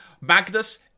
Magnus